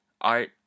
art